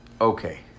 Okay